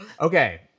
Okay